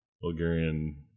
bulgarian